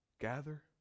gather